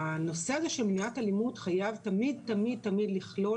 הנושא הזה של מניעת אלימות חייב תמיד תמיד לכלול